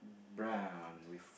run with